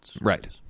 right